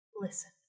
listen